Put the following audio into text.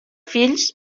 fills